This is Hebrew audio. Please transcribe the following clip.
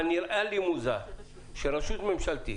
אבל נראה לי מוזר שרשות ממשלתית,